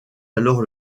alors